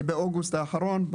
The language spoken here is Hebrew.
בפעם הראשונה באוגוסט האחרון,